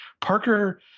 Parker